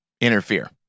interfere